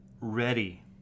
ready